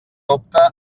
opte